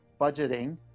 budgeting